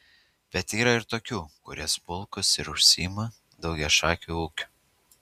bet yra ir tokių kurie smulkūs ir užsiima daugiašakiu ūkiu